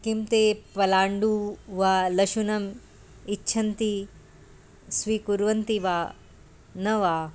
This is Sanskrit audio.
किं ते पलाण्डुं वा लशुनम् इच्छन्ति स्वीकुर्वन्ति वा न वा